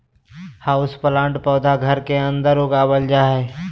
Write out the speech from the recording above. houseplant पौधा घर के अंदर उगावल जा हय